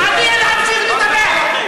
תן להמשיך לדבר.